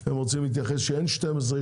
הם רוצים להתייחס ולהגיד שאין 12,